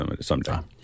sometime